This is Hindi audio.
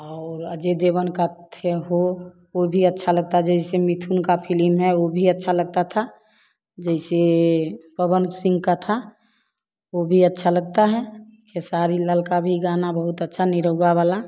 और अजय देवगन का थे हो वह भी अच्छा लगता जैसे मिथुन का फिलिम है वह भी अच्छा लगता था जैसे पवन सिंह का था वह भी अच्छा लगता है केसारी लाल का भी गाना बहुत अच्छा निरौआ वाला